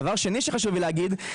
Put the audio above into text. שנית,